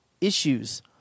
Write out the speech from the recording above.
issues